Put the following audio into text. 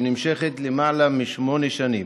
שנמשכת למעלה משמונה שנים.